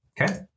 Okay